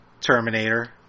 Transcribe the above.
Terminator